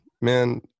man